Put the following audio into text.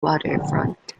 waterfront